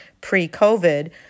pre-COVID